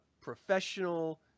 professional